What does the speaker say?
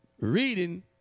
reading